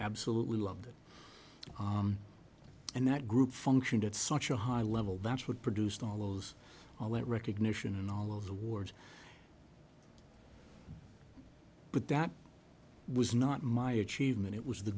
absolutely loved it and that group functioned at such a high level that's what produced all those all that recognition and all of the words but that was not my achievement it was the